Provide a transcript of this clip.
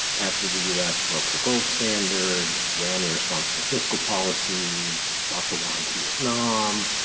after the u s. broke the gold standard, ran irresponsible fiscal policies, fought the war in vietnam,